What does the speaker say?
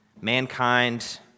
mankind